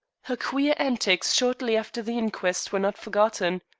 her queer antics shortly after the inquest were not forgotten.